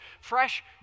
Fresh